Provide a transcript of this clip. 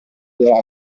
della